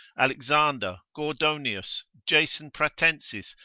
alexander, gordonius, jason pratensis,